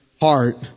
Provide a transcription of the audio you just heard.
heart